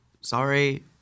Sorry